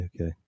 Okay